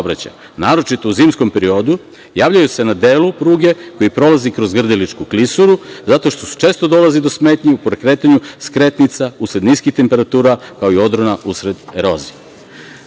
naročito u zimskom periodu, javljaju se na delu pruge koji prolazi kroz Grdeličku klisuru, zato što često dolazi do smetnji pri kretanju skretnica, usled niskih temperatura, kao i odrona usred erozije. Takođe,